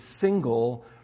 single